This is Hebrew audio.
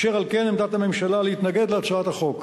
אשר על כן עמדת הממשלה היא להתנגד להצעת החוק.